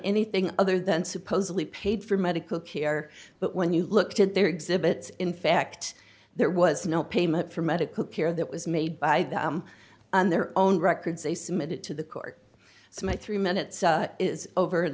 anything other than supposedly paid for medical care but when you looked at their exhibits in fact there was no payment for medical care that was made by them and their own records they submitted to the court so my three minutes is over